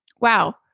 wow